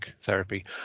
therapy